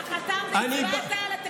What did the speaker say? אתה הצבעת על התקציב.